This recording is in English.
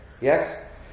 yes